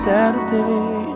Saturday